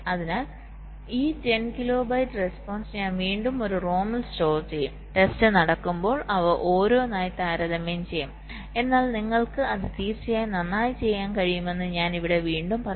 അതിനാൽ ഈ 10 kilobyte response ഞാൻ വീണ്ടും ഒരു റോമിൽ സ്റ്റോർ ചെയ്യും ടെസ്റ്റ് നടക്കുമ്പോൾ ഞാൻ അവ ഓരോന്നായി താരതമ്യം ചെയ്യും എന്നാൽ നിങ്ങൾക്ക് അത് തീർച്ചയായും നന്നായി ചെയ്യാൻ കഴിയുമെന്ന് ഞാൻ ഇവിടെ വീണ്ടും പറയും